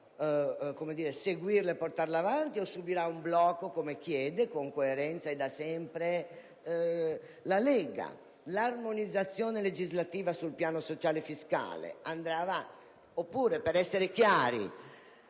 Governo seguirlo e portarlo avanti o subirà un blocco, come chiede, con coerenza e da sempre, la Lega? L'armonizzazione legislativa sul piano sociale e fiscale andrà avanti?